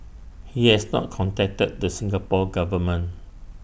he has not contacted the Singapore Government